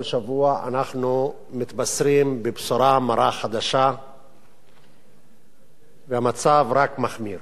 כל שבוע אנחנו מתבשרים בבשורה מרה חדשה והמצב רק מחמיר,